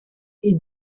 est